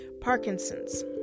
Parkinson's